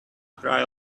cry